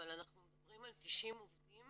אבל אנחנו מדברים על 90 עובדים